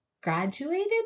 graduated